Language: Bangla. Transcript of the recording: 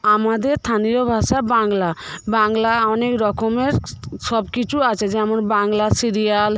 আমাদের স্থানীয় ভাষা বাংলা বাংলায় অনেক রকমের সবকিছু আছে যেমন বাংলা সিরিয়াল